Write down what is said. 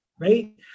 right